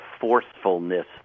forcefulness